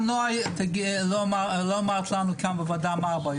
גם נועה לא אמרה לנו מה הבעיות.